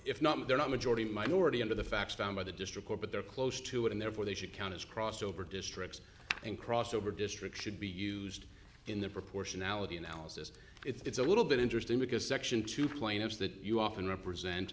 if not they're not majority minority under the facts down by the district court but they're close to it and therefore they should count as crossover districts and crossover districts should be used in the proportionality analysis it's a little bit interesting because section two plaintiffs that you often represent